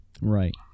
Right